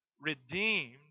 redeemed